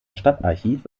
stadtarchiv